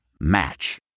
Match